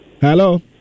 hello